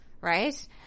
right